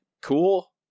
cool